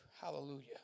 Hallelujah